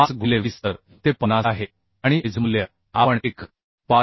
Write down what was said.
5 गुणिले 20 तर ते 50 आहे आणि एज मूल्य आपण 1